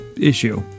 issue